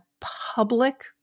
public